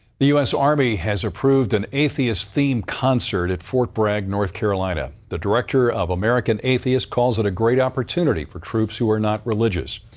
the u s. army has approved an atheist-themed concert at fort bragg, north carolina. the director of american atheists calls it a great opportunity for troops who are not religious.